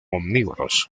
omnívoros